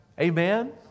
Amen